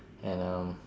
and um